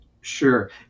Sure